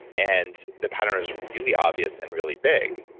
and the pattern is really obvious and really big,